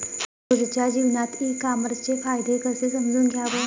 रोजच्या जीवनात ई कामर्सचे फायदे कसे समजून घ्याव?